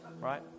right